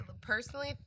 personally